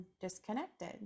disconnected